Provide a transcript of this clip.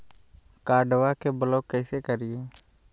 कार्डबा के ब्लॉक कैसे करिए?